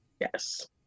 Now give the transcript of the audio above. Yes